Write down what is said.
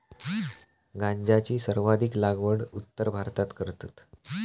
गांजाची सर्वाधिक लागवड उत्तर भारतात करतत